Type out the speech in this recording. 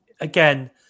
again